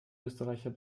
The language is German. österreicher